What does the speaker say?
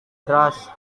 deras